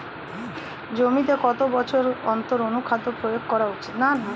জমিতে কত বছর অন্তর অনুখাদ্য প্রয়োগ করা উচিৎ?